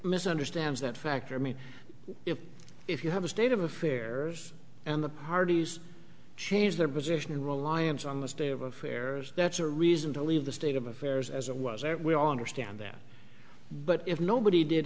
misunderstands that factor mean if you have a state of affairs and the parties change their position reliance on the state of affairs that's a reason to leave the state of affairs as it was or we all understand that but if nobody did